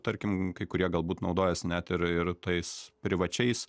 tarkim kai kurie galbūt naudojasi net ir ir tais privačiais